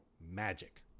magic